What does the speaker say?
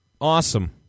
awesome